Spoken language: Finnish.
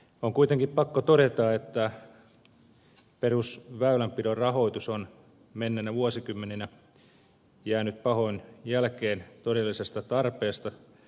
on kuitenkin pakko todeta että perusväylänpidon rahoitus on menneinä vuosikymmeninä jäänyt pahoin jälkeen todellisesta tarpeesta